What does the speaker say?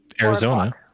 Arizona